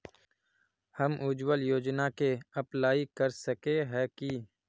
हम उज्वल योजना के अप्लाई कर सके है की?